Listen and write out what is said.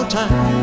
time